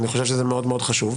אני חושב שזה מאוד מאוד חשוב.